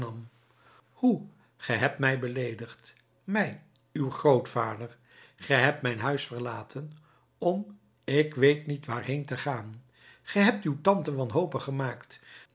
hoe ge hebt mij beleedigd mij uw grootvader ge hebt mijn huis verlaten om ik weet niet waarheen te gaan ge hebt uw tante wanhopig gemaakt